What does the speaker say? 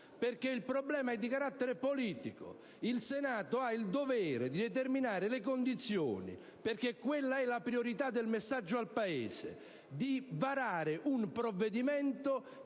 perché il problema è di carattere politico: il Senato ha il dovere di determinare le condizioni - perché quella è la priorità del messaggio al Paese - per varare un provvedimento